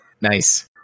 Nice